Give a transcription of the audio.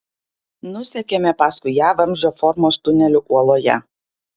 nusekėme paskui ją vamzdžio formos tuneliu uoloje